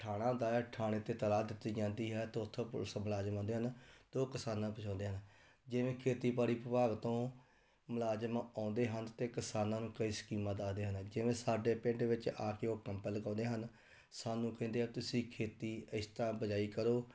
ਥਾਣਾ ਹੁੰਦਾ ਹੈ ਥਾਣੇ 'ਤੇ ਇਤਲਾਹ ਦਿੱਤੀ ਜਾਂਦੀ ਹੈ ਅਤੇ ਉੱਥੋਂ ਪੁਲਿਸ ਮੁਲਾਜ਼ਮ ਆਉਂਦੇ ਹਨ ਅਤੇ ਉਹ ਕਿਸਾਨਾਂ ਨੂੰ ਬਚਾਉਂਦੇ ਹਨ ਜਿਵੇਂ ਖੇਤੀਬਾੜੀ ਵਿਭਾਗ ਤੋਂ ਮੁਲਾਜ਼ਮ ਆਉਂਦੇ ਹਨ ਅਤੇ ਕਿਸਾਨਾਂ ਨੂੰ ਕਈ ਸਕੀਮਾਂ ਦੱਸਦੇ ਹਨ ਜਿਵੇਂ ਸਾਡੇ ਪਿੰਡ ਵਿੱਚ ਆ ਕੇ ਉਹ ਕੈਂਪ ਲਗਾਉਂਦੇ ਹਨ ਸਾਨੂੰ ਕਹਿੰਦੇ ਆ ਤੁਸੀਂ ਖੇਤੀ ਇਸ ਤਰ੍ਹਾਂ ਬਿਜਾਈ ਕਰੋ